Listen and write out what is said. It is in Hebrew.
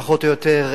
פחות או יותר,